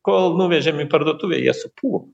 kol nuvežėm į parduotuvę jie supuvo